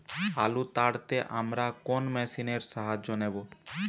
আলু তাড়তে আমরা কোন মেশিনের সাহায্য নেব?